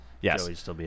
Yes